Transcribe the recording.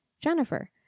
Jennifer